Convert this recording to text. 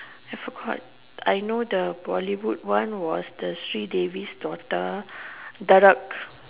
I forgot I know the Bollywood one was sri davi's daughter dhadak